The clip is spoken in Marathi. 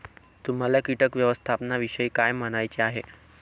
तुम्हाला किटक व्यवस्थापनाविषयी काय म्हणायचे आहे?